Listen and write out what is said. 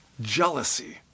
jealousy